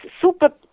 super